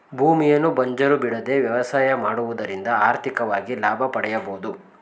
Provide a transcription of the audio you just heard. ಭೂಮಿಯನ್ನು ಬಂಜರು ಬಿಡದೆ ವ್ಯವಸಾಯ ಮಾಡುವುದರಿಂದ ಆರ್ಥಿಕವಾಗಿ ಲಾಭ ಪಡೆಯಬೋದು